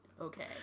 okay